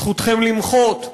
זכותכם למחות,